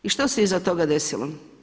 I što se iza toga desilo?